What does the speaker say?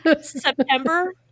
September